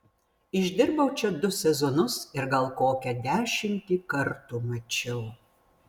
išdirbau čia du sezonus ir gal kokią dešimtį kartų mačiau